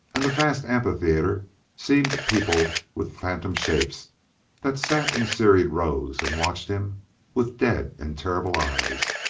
and the vast amphitheater seemed peopled with phantom shapes that sat in serried rows and watched him with dead and terrible eyes,